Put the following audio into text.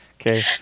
Okay